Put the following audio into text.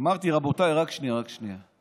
אמרתי: רבותיי, רק שנייה, רק שנייה.